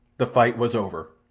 the fight was over.